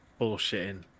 bullshitting